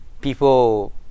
people